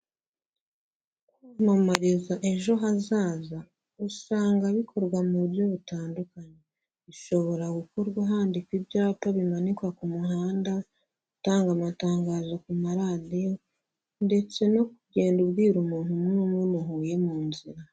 Kwamamariza ejo hazaza usanga bikorwa mu buryo butandukanye, bishobora gukorwa handikwa ibyapa bimanikwa ku muhanda, utanga amatangazo ku maradiyo ndetse no kugenda ubwira umuntu umwe umwe muhuye mu nzira.